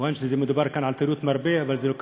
ומובן שמדובר כאן על תיירות מרפא, אבל זה לא קשור.